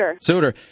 Souter